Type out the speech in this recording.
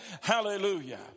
Hallelujah